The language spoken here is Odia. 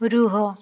ରୁହ